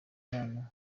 impano